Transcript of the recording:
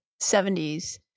70s